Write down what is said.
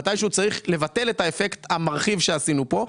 מתישהו צריך לבטל את האפקט המרחיב שעשינו פה.